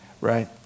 right